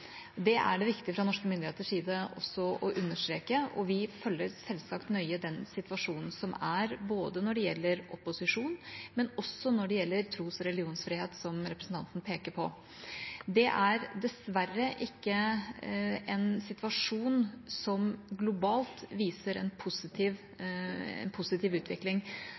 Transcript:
Det er det viktig fra norske myndigheters side å understreke, og vi følger selvsagt nøye den situasjonen som er, både når det gjelder opposisjon, og når det gjelder tros- og religionsfrihet, som representanten peker på. Det er dessverre ikke en situasjon som globalt viser en positiv